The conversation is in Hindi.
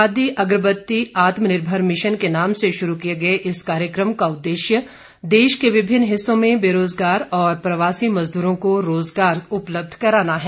खादी अगरबत्ती आत्मनिर्भर मिशन के नाम से शुरू किए गए इस कार्यक्रम का उद्देश्य देश के विभिन्न हिस्सों में बेरोजगार और प्रवासी मजदूरों को रोजगार उपलब्ध कराना है